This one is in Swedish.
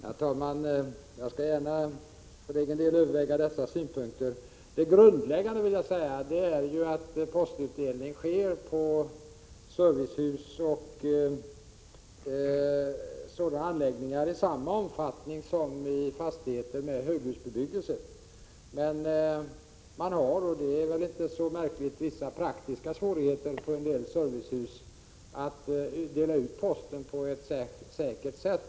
Herr talman! Jag skall gärna för egen del överväga dessa synpunkter. Det grundläggande är att postutdelningen på servicehus och liknande anläggningar sker i samma omfattning som i fastigheter i höghusbebyggelse. Men man har, och det är väl inte så märkligt, vissa praktiska svårigheter på en del servicehus att dela ut posten på ett säkert sätt.